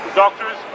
doctors